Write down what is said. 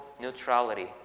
neutrality